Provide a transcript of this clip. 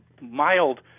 mild